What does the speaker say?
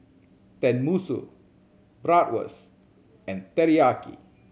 Tenmusu Bratwurst and Teriyaki